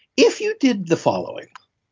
if you did the following,